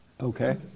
Okay